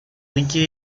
riquet